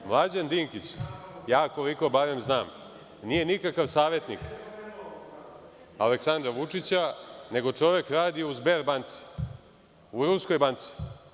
Mlađan Dinkić, koliko barem ja znam, nije nikakav savetnik Aleksandra Vučića, nego čovek radi u „Sberbanci“, u Ruskoj banci.